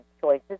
choices